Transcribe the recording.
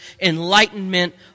enlightenment